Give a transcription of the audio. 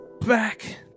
back